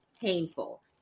Painful